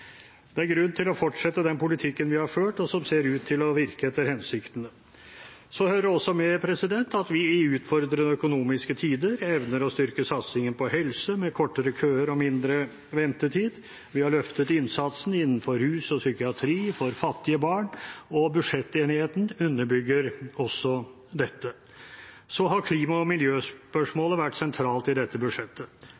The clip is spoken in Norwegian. Det er grunn til å fortsette den politikken vi har ført, og som ser ut til å virke etter hensikten. Så hører det også med at vi i utfordrende økonomiske tider evner å styrke satsingen på helse, med kortere køer og mindre ventetid. Vi har løftet innsatsen innenfor rus og psykiatri og for fattige barn, og budsjettenigheten underbygger også dette. Klima- og